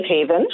haven